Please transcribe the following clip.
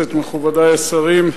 מכובדי השרים,